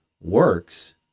works